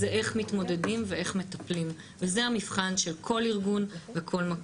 זה איך מתמודדים ואיך מטפלים וזה המבחן של כל ארגון בכל מקום,